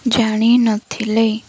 ଜାଣିନଥିଲେ